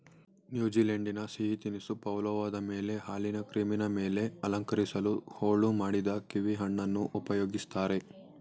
ನ್ಯೂಜಿಲೆಂಡಿನ ಸಿಹಿ ತಿನಿಸು ಪವ್ಲೋವದ ಮೇಲೆ ಹಾಲಿನ ಕ್ರೀಮಿನ ಮೇಲೆ ಅಲಂಕರಿಸಲು ಹೋಳು ಮಾಡಿದ ಕೀವಿಹಣ್ಣನ್ನು ಉಪಯೋಗಿಸ್ತಾರೆ